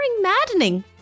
maddening